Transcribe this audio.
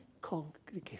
congregation